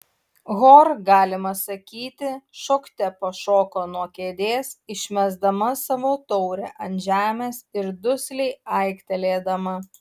hor galima sakyti šokte pašoko nuo kėdės išmesdama savo taurę ant žemės ir dusliai aiktelėdama